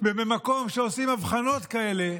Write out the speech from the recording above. ומקום שבו עושים אבחנות כאלה